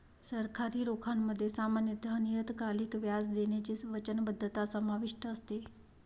सरकारी रोख्यांमध्ये सामान्यत नियतकालिक व्याज देण्याची वचनबद्धता समाविष्ट असते